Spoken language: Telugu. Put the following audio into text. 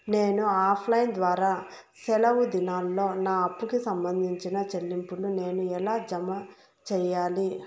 నేను ఆఫ్ లైను ద్వారా సెలవు దినాల్లో నా అప్పుకి సంబంధించిన చెల్లింపులు నేను ఎలా జామ సెయ్యాలి?